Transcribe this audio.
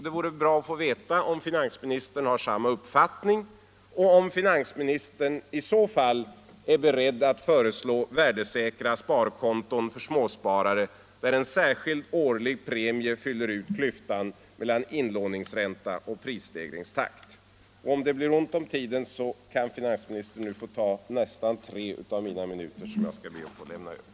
Det vore bra att få veta om finansministern har samma uppfattning och om finansministern i så fall är beredd att föreslå värdesäkra sparkonton för småsparare, där en särskild årlig premie fyller ut klyftan mellan inlåningsränta och prisstegringstakt. Om det blir ont om tid så kan finansministern nu ta nästan tre av mina minuter, som jag skall be att få lämna över.